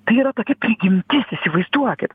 tai yra tokia prigimtis įsivaizduokit